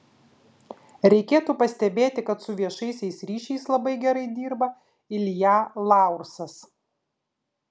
reikėtų pastebėti kad su viešaisiais ryšiais labai gerai dirba ilja laursas